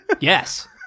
Yes